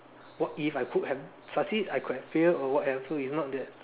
what if I could've succeed I could've failed whatever so is not that